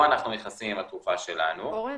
פה אנחנו נכנסים עם התרופה שלנו --- אורן,